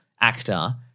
actor –